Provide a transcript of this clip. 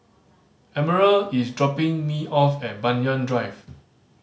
Emerald is dropping me off at Banyan Drive